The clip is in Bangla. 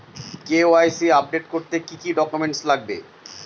কে.ওয়াই.সি আপডেট করতে কি কি ডকুমেন্টস লাগবে?